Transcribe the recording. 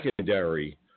secondary